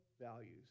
values